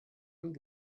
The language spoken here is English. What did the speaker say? and